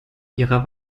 ihrer